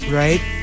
right